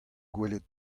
gwelet